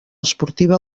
esportiva